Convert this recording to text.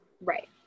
Right